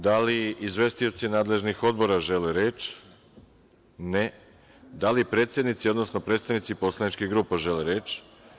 Da li izvestioci nadležnih odbora žele reč? (Ne.) Da li predsednici, odnosno predstavnici poslaničkih grupa žele reč?